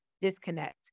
disconnect